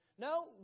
No